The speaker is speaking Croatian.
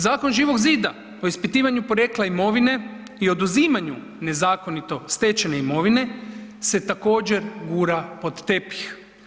Zakon Živog zida o ispitivanju porijekla imovine i oduzimanju nezakonito stečene imovine se također gura pod tepih.